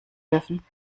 dürfen